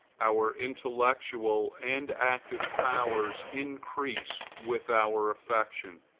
our intellectual and active powers increase with our affection.